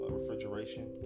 refrigeration